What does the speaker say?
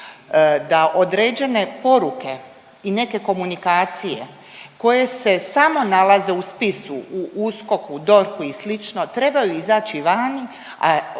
da određene poruke i neke komunikacije koje se samo nalaze u spisu u USKOK-u, u DORH-u i slično, trebaju izaći vani,